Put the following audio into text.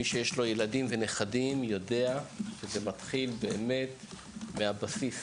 מי שיש לו ילדים ונכדים יודע שזה מתחיל באמת מהבסיס,